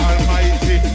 Almighty